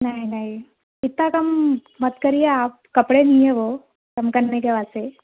نہیں نہیں اتنا کم مت کریے آپ کپڑے نہیں ہیں وہ کم کرنے کے واسطے